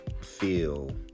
feel